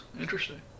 Interesting